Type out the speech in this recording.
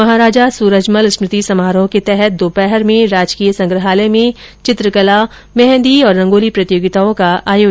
महाराजा सुरजमल स्मृति समारोह के तहत दोपहर में राजकीय संग्रहालय में चित्रकला मेहंदी और रंगोली प्रतियोगिताओं का आर्योजन किया जायेगा